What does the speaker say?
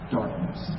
darkness